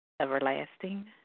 Everlasting